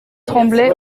tremblait